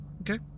Okay